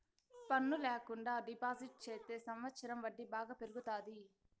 పన్ను ల్యాకుండా డిపాజిట్ చెత్తే సంవచ్చరం వడ్డీ బాగా పెరుగుతాది